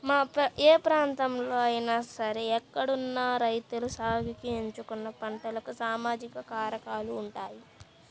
ఏ ప్రాంతంలో అయినా సరే అక్కడున్న రైతులు సాగుకి ఎంచుకున్న పంటలకు సామాజిక కారకాలు ఉంటాయి